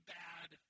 bad